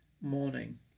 morning